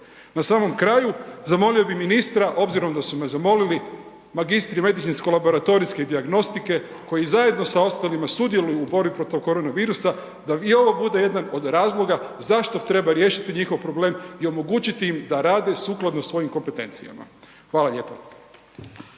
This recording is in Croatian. Na samom kraju, zamolio bih ministra obzirom da su me zamolili magistri medicinsko laboratorijske dijagnostike koji zajedno sa ostalima sudjeluju u borbi protiv korona virusa da i ovo bude jedan od razloga zašto treba riješiti njihov problem i omogućiti im da rade sukladno svojim kompetencijama. Hvala lijepa.